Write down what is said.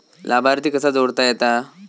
लाभार्थी कसा जोडता येता?